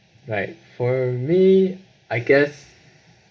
like for me I guess